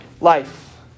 life